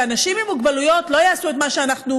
שאנשים עם מוגבלויות לא יעשו את מה שאנחנו